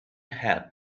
help